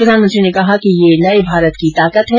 प्रधानमंत्री ने कहा कि ये नये भारत की ताकत है